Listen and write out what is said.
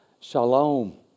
Shalom